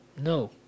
no